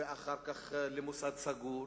ואחר כך למוסד סגור.